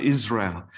Israel